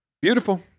Beautiful